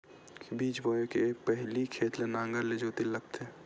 बीज बोय के पहिली खेत ल नांगर से जोतेल लगथे?